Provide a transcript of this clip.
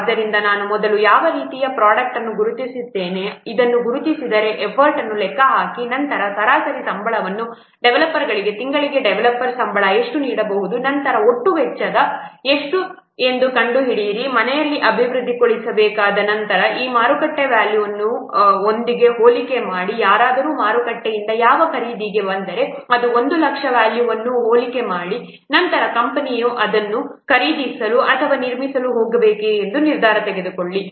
ಆದ್ದರಿಂದ ನಾನು ಮೊದಲು ಯಾವ ರೀತಿಯ ಪ್ರೊಡಕ್ಟ್ ಎಂದು ಗುರುತಿಸುತ್ತೇನೆ ಇದನ್ನು ಗುರುತಿಸಿದರೆ ಎಫರ್ಟ್ ಅನ್ನು ಲೆಕ್ಕ ಹಾಕಿ ನಂತರ ಸರಾಸರಿ ಸಂಬಳ ಅಥವಾ ಡೆವಲಪರ್ಗಳಿಗೆ ತಿಂಗಳಿಗೆ ಡೆವಲಪರ್ ಸಂಬಳ ಎಷ್ಟು ನೀಡಬಹುದು ನಂತರ ಒಟ್ಟು ವೆಚ್ಚ ಎಷ್ಟು ಎಂದು ಕಂಡುಹಿಡಿಯಿರಿ ಮನೆಯಲ್ಲಿ ಅಭಿವೃದ್ಧಿಪಡಿಸಲಾಗುವುದು ನಂತರ ಈ ಮಾರುಕಟ್ಟೆ ವ್ಯಾಲ್ಯೂ ಒಂದಿಗೆ ಹೋಲಿಕೆ ಮಾಡಿ ಯಾರಾದರೂ ಮಾರುಕಟ್ಟೆಯಿಂದ ಯಾವ ಖರೀದಿಗೆ ಬಂದರೆ ಅದು 1 ಲಕ್ಷ ಈ ವ್ಯಾಲ್ಯೂಗಳನ್ನು ಹೋಲಿಕೆ ಮಾಡಿ ನಂತರ ಕಂಪನಿಯು ಅದನ್ನು ಖರೀದಿಸಲು ಅಥವಾ ನಿರ್ಮಿಸಲು ಹೋಗಬೇಕೆ ಎಂದು ನಿರ್ಧಾರ ತೆಗೆದುಕೊಳ್ಳಿ